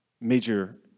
major